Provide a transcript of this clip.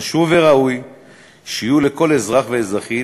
חשוב וראוי שיהיו לכל אזרח ואזרחית,